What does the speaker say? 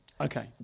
Okay